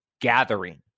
gathering